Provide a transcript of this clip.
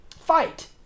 fight